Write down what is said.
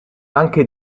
anche